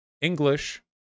English